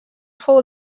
fou